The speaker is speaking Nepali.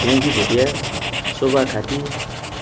याङ्की भुटिया शोभा खाती